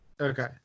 Okay